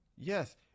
Yes